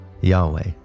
Yahweh